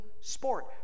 sport